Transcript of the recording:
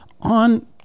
on